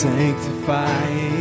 Sanctifying